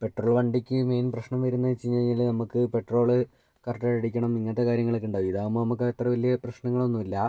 petrol വണ്ടിക്ക് main പ്രശ്നം വരുന്നത് വച്ചു കഴിഞ്ഞാൽ നമ്മൾക്ക് പെട്രോള് കറക്റ്റ് ആയി അടിക്കണം ഇങ്ങനത്തെ കാര്യങ്ങൾ ഉണ്ടാവും ഇതാവുമ്പം നമ്മൾക്ക് അത്ര വലിയ പ്രശ്നങ്ങൾ ഒന്നും ഇല്ല